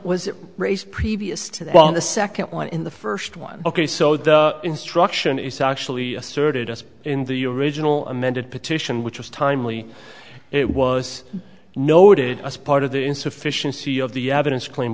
was it race previous to that one the second one in the first one ok so the instruction is actually asserted just in the original amended petition which was timely it was noted as part of the insufficiency of the evidence claim